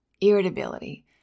Irritability